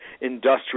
industrial